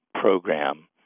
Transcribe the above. program